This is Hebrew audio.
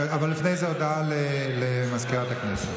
אבל לפני זה, הודעה לסגנית מזכיר הכנסת.